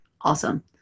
Awesome